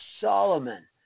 Solomon